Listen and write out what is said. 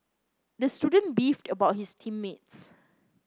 the student beefed about his team mates